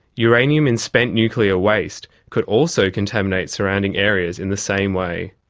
uranium in spent nuclear waste could also contaminate surrounding areas in the same way,